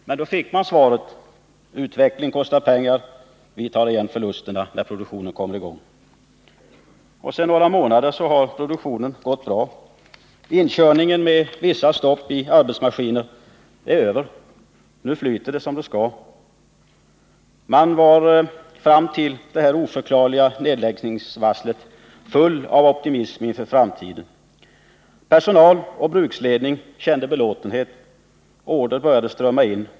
Men då fick man svaret: Utveckling kostar pengar — vi tar igen förlusterna när produktionen kommer i gång. Sedan några månader har produktionen gått bra. Inkörningen, med vissa stopp i arbetsmaskiner, är över. Nu flyter det som det skall. Man var fram till det det oförklarliga nedläggningsvarslet full av optimism inför framtiden. Personal och bruksledning kände belåtenhet, och order började strömma in.